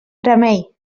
remei